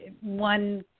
one